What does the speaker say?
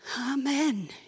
Amen